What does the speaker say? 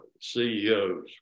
CEOs